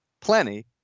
plenty